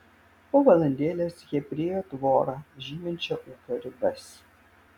po valandėlės jie priėjo tvorą žyminčią ūkio ribas